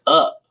up